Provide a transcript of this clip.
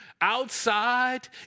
outside